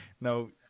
no